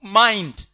mind